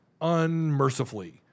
unmercifully